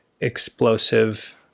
explosive